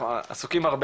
אנחנו עסוקים הרבה,